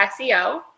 SEO